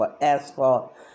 asphalt